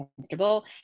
comfortable